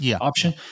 option